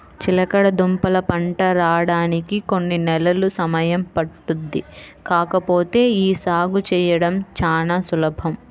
చిలకడదుంపల పంట రాడానికి కొన్ని నెలలు సమయం పట్టుద్ది కాకపోతే యీ సాగు చేయడం చానా సులభం